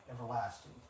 everlasting